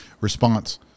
Response